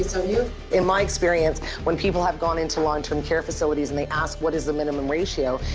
so yeah in my experience when people have gone into long term care facilities, and they ask, what is the minimum ratio?